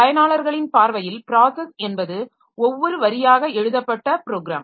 பயனாளர்களின் பார்வையில் ப்ராஸஸ் என்பது ஒவ்வொரு வரியாக எழுதப்பட்ட ப்ரோக்ராம்